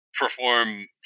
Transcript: perform